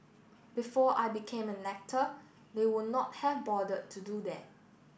before I became an actor they would not have bothered to do that